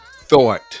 thought